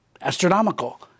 astronomical